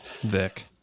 Vic